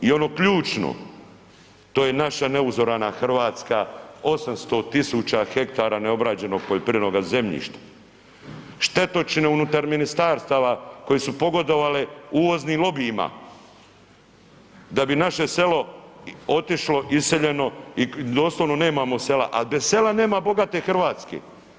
I ono ključno to je naša ne uzorana Hrvatska 800.000 hektara neobrađenoga poljoprivrednoga zemljišta, štetočine unutar ministarstava koje su pogodovale uvoznim lobijima da bi naše selo otišlo iseljeno i doslovno nemamo sela, a bez sela nema bogate Hrvatske.